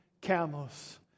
camels